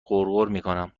غرغرمیکنم